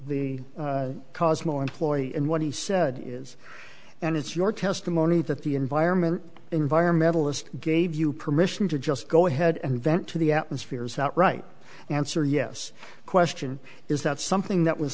e cosmo employee and what he said is and it's your testimony that the environment environmentalist gave you permission to just go ahead and vent to the atmosphere's out right answer yes question is that something that was